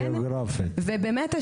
ובאמת,